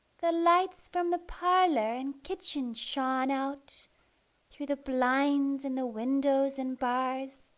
the lights from the parlour and kitchen shone out through the blinds and the windows and bars